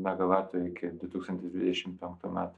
megavatų iki du tūkstantis dvidešimt penktų metų